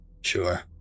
sure